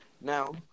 now